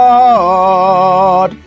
Lord